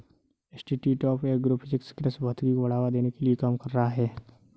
institute of agro physics कृषि भौतिकी को बढ़ावा देने के लिए काम कर रहा है